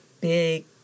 big